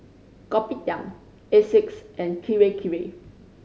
Kopitiam Asics and Kirei Kirei